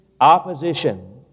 opposition